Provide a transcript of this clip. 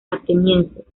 atenienses